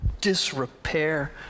disrepair